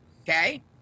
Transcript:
okay